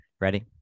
ready